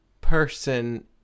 person